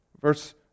verse